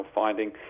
finding